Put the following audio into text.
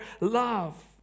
love